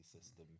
system